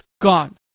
gone